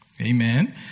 Amen